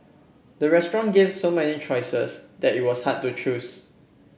the restaurant gave so many choices that it was hard to choose